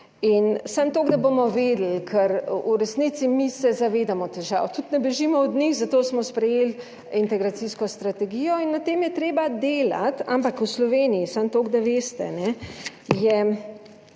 toliko, da bomo vedeli, ker v resnici mi se zavedamo težav, tudi ne bežimo od njih, zato smo sprejeli integracijsko strategijo in na tem je treba delati, ampak v Sloveniji samo toliko, da veste,